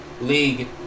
League